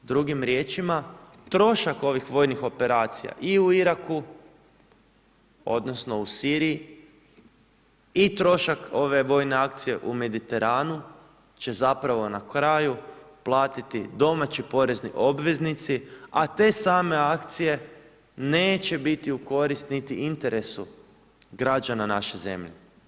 Drugim riječima, trošak ovih vojnih operacija i u Iraku, odnosno, u Siriji i trošak ove vojne akcije u Mediteranu, će zapravo na kraju platiti domaći porezni obveznici, a te same akcije, neće biti u korist niti interesu građana naše zemlje.